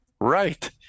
Right